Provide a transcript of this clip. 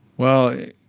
well,